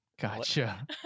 Gotcha